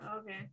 Okay